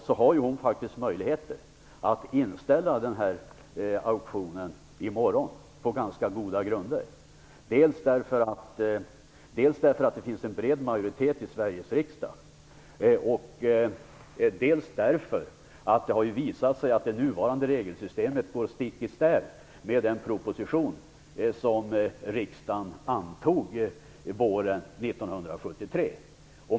Då har hon faktiskt möjligheter att inställa auktionen i morgon på ganska goda grunder. Dels därför att det finns en bred majoritet i Sveriges riksdag, dels därför att det har visat sig att det nuvarande regelsystemet går stick i stäv med den proposition som riksdagen antog våren 1973.